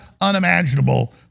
unimaginable